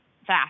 Fast